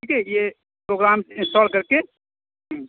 ٹھیک ہے یہ پروگرام انسٹال کر کے ہوں